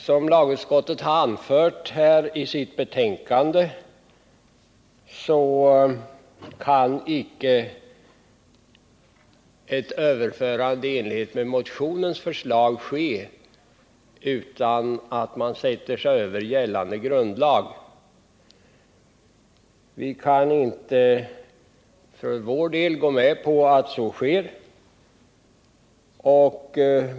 Som lagutskottet har anfört i sitt betänkande nu kan icke ett överförande i enlighet med motionens förslag ske utan att man därvid sätter sig över gällande grundlag. Vi kan för vår del inte gå med på att så sker.